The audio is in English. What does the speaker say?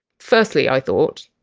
firstly, i thought,